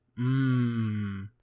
Mmm